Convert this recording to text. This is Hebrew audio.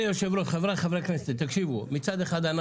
מצד אחד,